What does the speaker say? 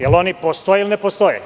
Da li oni postoje ili ne postoje?